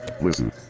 Listen